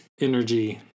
energy